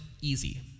easy